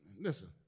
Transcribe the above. listen